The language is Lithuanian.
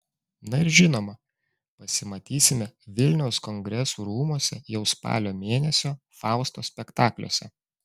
na ir žinoma pasimatysime vilniaus kongresų rūmuose jau spalio mėnesio fausto spektakliuose